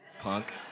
punk